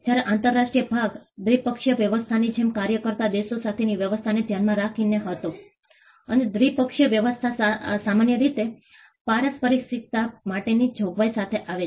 જ્યારે આંતરરાષ્ટ્રીય ભાગ દ્વિપક્ષીય વ્યવસ્થાની જેમ કાર્ય કરતા દેશો સાથેની વ્યવસ્થાને ધ્યાનમાં રાખીને હતો અને દ્વિપક્ષીય વ્યવસ્થા સામાન્ય રીતે પારસ્પરિકતા માટેની જોગવાઈ સાથે આવે છે